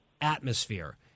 atmosphere